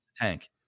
Tank